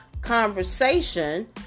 conversation